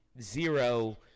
zero